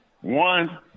one